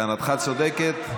טענתך צודקת.